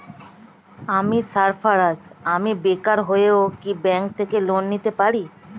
আমি সার্ফারাজ, আমি বেকার হয়েও কি ব্যঙ্ক থেকে লোন নিতে পারি?